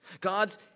God's